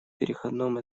переходном